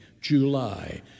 July